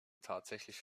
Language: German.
tatsächlich